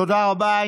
תודה רבה.